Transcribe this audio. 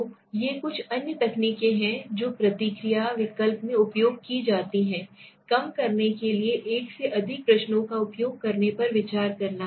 तो ये कुछ अन्य तकनीकें हैं जो प्रतिक्रिया विकल्प में उपयोग की जाती हैं कम करने के लिए एक से अधिक प्रश्नों का उपयोग करने पर विचार करना